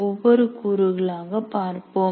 ஒவ்வொரு கூறுகளாக பார்ப்போம்